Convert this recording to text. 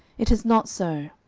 it is not so.